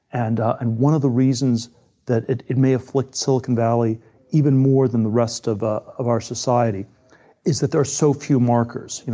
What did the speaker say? and and one of the reasons what it it may afflict silicon valley even more than the rest of ah of our society is that there are so few markers. you know